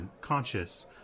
conscious